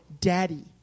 daddy